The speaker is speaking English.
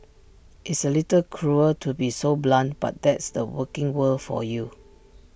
it's A little cruel to be so blunt but that's the working world for you